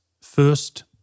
first